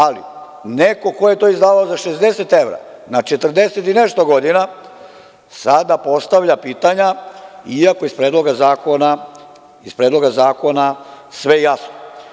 Ali, neko ko je to izdavao za 60 evra na 40 i nešto godina sada postavlja pitanja iako iz Predloga zakona sve je jasno.